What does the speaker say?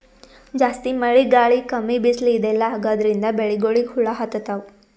ಜಾಸ್ತಿ ಮಳಿ ಗಾಳಿ ಕಮ್ಮಿ ಬಿಸ್ಲ್ ಇದೆಲ್ಲಾ ಆಗಾದ್ರಿಂದ್ ಬೆಳಿಗೊಳಿಗ್ ಹುಳಾ ಹತ್ತತಾವ್